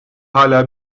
hâlâ